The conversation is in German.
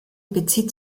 bezieht